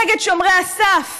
נגד שומרי הסף.